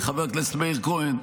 חבר הכנסת מאיר כהן,